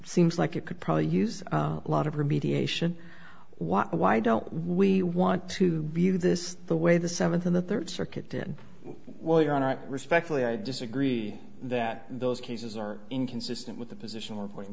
seems like it could probably use a lot of remediation what why don't we want to view this the way the seventh in the third circuit did well you're not respectfully i disagree that those cases are inconsistent with the position we're going